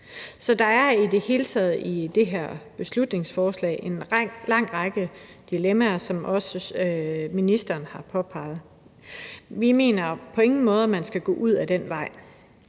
Så der er i det hele taget i det her beslutningsforslag en lang række dilemmaer, hvad også ministeren har påpeget. Vi mener på ingen måde, at man skal gå ud ad den vej.